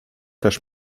też